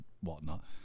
whatnot